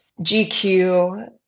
GQ